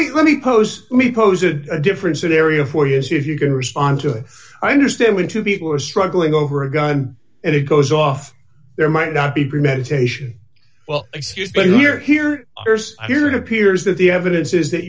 me let me pose pose a different scenario for you see if you can respond to it i understand when two people are struggling over a gun and it goes off there might not be premeditation well excuse but here here here's your peers that the evidence is that